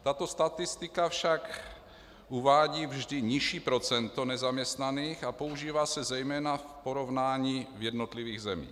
Tato statistika však uvádí vždy nižší procento nezaměstnaných a používá se zejména v porovnání v jednotlivých zemích.